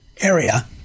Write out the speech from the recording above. area